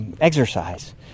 exercise